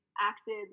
acted